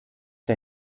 der